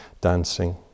dancing